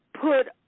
put